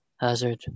Hazard